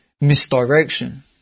misdirection